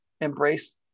embrace